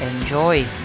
enjoy